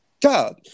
God